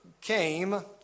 came